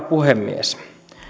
puhemies